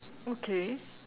okay